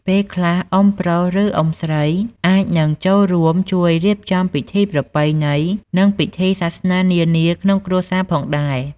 ពេលខ្លះ អ៊ុំប្រុស ឬ អ៊ុំស្រីអាចនឹងចូលរួមជួយរៀបចំពិធីប្រពៃណី និងពិធីសាសនានានាក្នុងគ្រួសារផងដែរ។